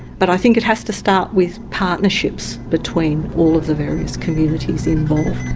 but i think it has to start with partnerships between all of the various communities involved.